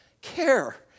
Care